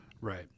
Right